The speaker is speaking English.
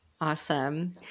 Awesome